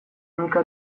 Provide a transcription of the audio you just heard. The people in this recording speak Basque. micka